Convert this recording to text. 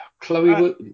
Chloe